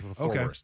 Okay